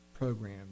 program